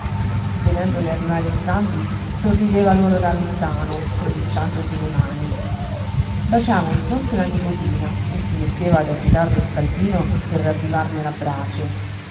vedendoli arrivare entrambi sorrideva loro da lontano stropicciandosi le mani baciava in fronte la nipotina e si metteva ad agitar lo scaldino per ravvivarne la brace